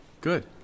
Good